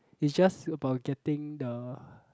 is just about getting the